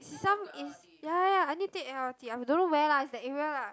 it's some it's ya ya ya I need take L_R_T I don't know where lah it's the area lah